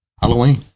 Halloween